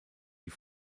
die